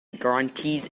guarantees